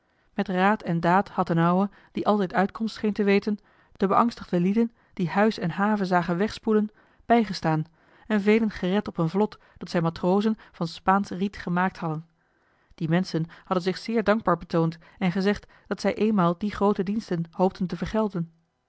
raad en daad had d'n ouwe die altijd uitkomst joh h been paddeltje de scheepsjongen van michiel de ruijter scheen te weten de beangstigde lieden die huis en have zagen wegspoelen bijgestaan en velen gered op een vlot dat zijn matrozen van spaansch riet gemaakt hadden die menschen hadden zich zeer dankbaar betoond en gezegd dat zij eenmaal die groote diensten hoopten te vergelden